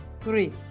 Three